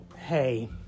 Hey